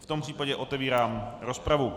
V tom případě otevírám rozpravu.